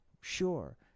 Sure